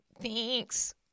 Thanks